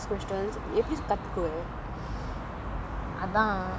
ஆனா ஒனக்கு தெரியலனா நீ:aana onakku theriyalana nee if you never ask questions எப்படி கத்துக்குவ:eppadi kathukkuva